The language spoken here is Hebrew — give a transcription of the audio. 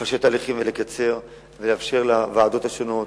לפשט הליכים ולקצר ולאפשר לוועדות השונות